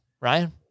Ryan